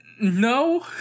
No